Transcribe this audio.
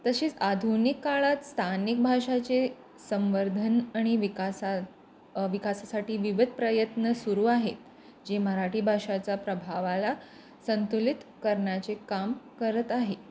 तसेच आधुनिक काळात स्थानिक भाषेचे संवर्धन आणि विकासा विकासासाठी विविध प्रयत्न सुरू आहेत जे मराठी भाषेच्या प्रभावाला संतुलित करण्याचे काम करत आहे